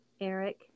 Eric